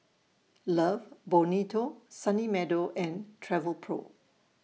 Love Bonito Sunny Meadow and Travelpro